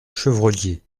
chevrollier